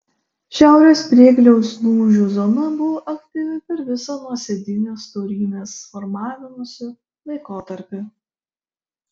šiaurės priegliaus lūžių zona buvo aktyvi per visą nuosėdinės storymės formavimosi laikotarpį